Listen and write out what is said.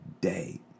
day